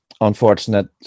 Unfortunate